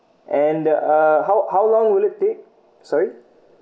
and uh how how long will it take sorry